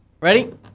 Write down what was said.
Ready